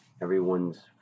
everyone's